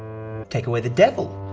take away the devil,